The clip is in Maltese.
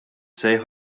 sejħa